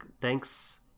thanks